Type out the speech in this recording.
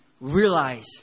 realize